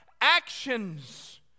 actions